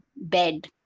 bed